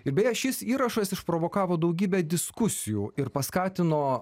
ir beje šis įrašas išprovokavo daugybę diskusijų ir paskatino